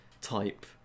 type